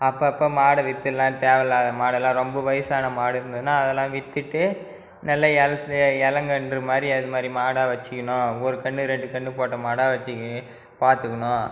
அப்போப்ப மாடு விற்றுல்லாம் தேவையில்லாத மாடலாம் ரொம்ப வயசான மாடு இருந்ததுன்னா அதெல்லாம் விற்றுட்டு நல்ல இளசு இளங்கன்று மாதிரி அது மாதிரி மாடா வச்சுக்கணும் ஒரு கன்று ரெண்டு கன்று போட்ட மாடை வச்சுக்கி பார்த்துக்குணும்